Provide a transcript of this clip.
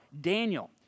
Daniel